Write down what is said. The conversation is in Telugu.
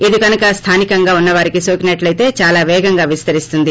ఇది కనుక స్లానికంగా ఉన్నవారికి నోకినట్లయితే దాలా పేగంగా విస్తరిస్తుంది